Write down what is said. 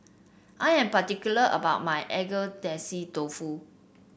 I am particular about my Agedashi Dofu